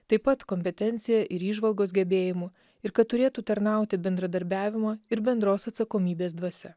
taip pat kompetencija ir įžvalgos gebėjimu ir kad turėtų tarnauti bendradarbiavimo ir bendros atsakomybės dvasia